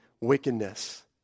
wickedness